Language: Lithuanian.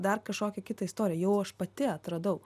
dar kažkokią kitą istoriją jau aš pati atradau